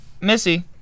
Missy